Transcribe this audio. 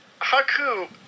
Haku